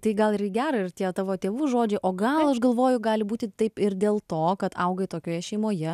tai gal ir į gerą ir tie tavo tėvų žodžiai o gal aš galvoju gali būti taip ir dėl to kad augai tokioje šeimoje